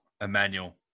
Emmanuel